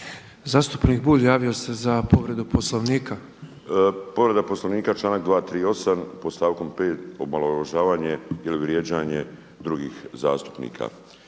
Zastupnik Bulj javio se za povredu Poslovnika. **Bulj, Miro (MOST)** Povreda Poslovnika članak 238. pod stavkom 5. omalovažavanje ili vrijeđanje drugih zastupnika.